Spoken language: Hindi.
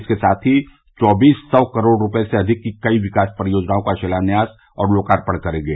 इसके साथ ही चौबीस सौ करोड़ रूपये से अधिक की कई विकास परियोजनाओं का शिलान्यास और लोकार्पण करेंगे